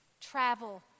travel